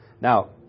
Now